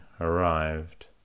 arrived